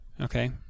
Okay